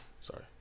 Sorry